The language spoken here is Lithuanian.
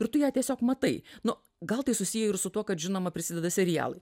ir tu ją tiesiog matai nu gal tai susiję ir su tuo kad žinoma prisideda serialai